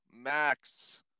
Max